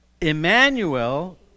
Emmanuel